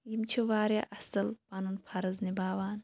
یِم چھِ واریاہ اَصٕل پَنُن فَرٕض نِبھاوان